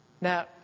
Now